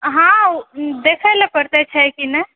हँ देखय लए पड़तै छै कि नहि छै